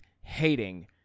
hating